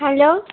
hello